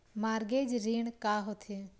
Mortgage ऋण का होथे?